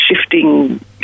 shifting